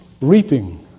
Reaping